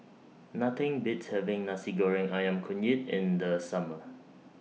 Nothing Beats having Nasi Goreng Ayam Kunyit in The Summer